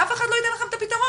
ואף אחד לא ייתן לכם את הפתרון,